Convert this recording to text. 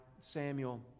Samuel